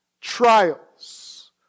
trials